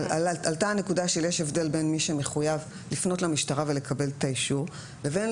עלתה הנקודה שיש הבדל בין מי שמחויב לפנות למשטרה ולקבל את האישור לבין